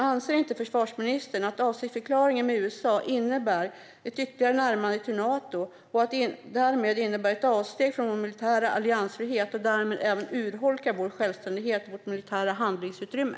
Anser inte försvarsministern att avsiktsförklaringen med USA innebär ett ytterligare närmande till Nato och därmed ett avsteg från vår militära alliansfrihet och urholkar vår självständighet och vårt militära handlingsutrymme?